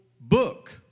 book